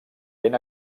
ben